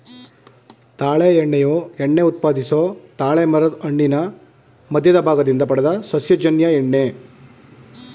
ತಾಳೆ ಎಣ್ಣೆಯು ಎಣ್ಣೆ ಉತ್ಪಾದಿಸೊ ತಾಳೆಮರದ್ ಹಣ್ಣಿನ ಮಧ್ಯದ ಭಾಗದಿಂದ ಪಡೆದ ಸಸ್ಯಜನ್ಯ ಎಣ್ಣೆ